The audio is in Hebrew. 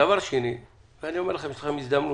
דבר שני, אני אומר לכם שיש לכם הזדמנות.